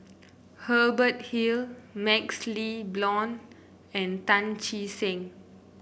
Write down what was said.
Hubert Hill MaxLe Blond and Tan Che Sang